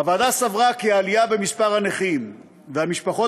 הוועדה סברה כי העלייה במספר הנכים והמשפחות